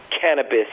cannabis